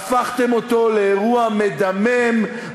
לאירוע מדמם,